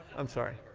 i'm sorry.